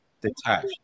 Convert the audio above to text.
detached